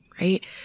right